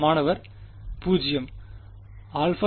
மாணவர் 0